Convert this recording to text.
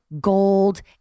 gold